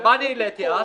ומה אני העליתי אז?